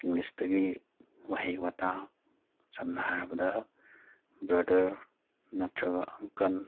ꯏꯪꯂꯤꯁꯇꯒꯤ ꯋꯥꯍꯩ ꯋꯥꯇꯥ ꯁꯝꯅ ꯍꯥꯏꯔꯕꯗ ꯕ꯭ꯔꯗꯔ ꯅꯠꯇ꯭ꯔꯒ ꯑꯪꯀꯜ